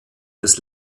des